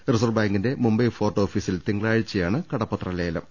reserve ബാങ്കിന്റെ മുംബൈ ഫോർട്ട് ഓഫീസിൽ തിങ്കളാഴ്ചയാണ് കടപ്പത്ര ലേലം